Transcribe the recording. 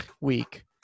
week